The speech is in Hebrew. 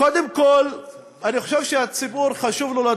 כבוד היושב-ראש, אני חושב שעד היום הציבור בישראל